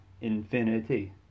Infinity